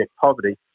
poverty